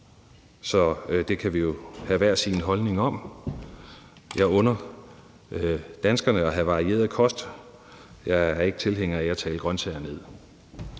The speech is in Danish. så det kan vi jo have hver vores holdning til. Jeg under danskerne at have en varieret kost. Jeg er ikke tilhænger af at tale grønsager ned.